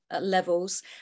levels